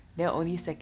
是 meh